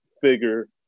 figure